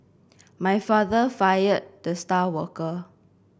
my father fired the star worker